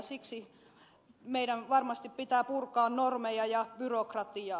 siksi meidän varmasti pitää purkaa normeja ja byrokratiaa